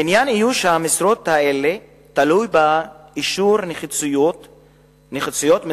איוש המשרות האלה תלוי באישור נחיצות משרות